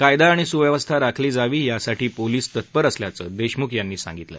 कायदा आणि सुव्यवस्था राखली जावी यासाठी पोलिस तत्पर असल्याचं देशमुख यांनी सांगितलं